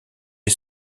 est